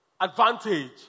advantage